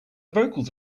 vocals